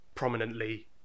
prominently